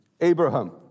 Abraham